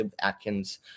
Atkins